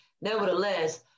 nevertheless